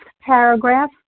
paragraph